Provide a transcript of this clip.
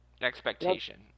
expectation